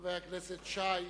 חבר הכנסת שי,